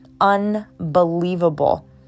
unbelievable